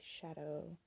shadow